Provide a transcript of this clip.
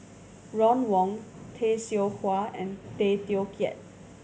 Ron Wong Tay Seow Huah and Tay Teow Kiat